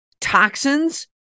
toxins